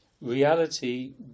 Reality